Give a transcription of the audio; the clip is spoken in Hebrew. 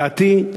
לדעתי,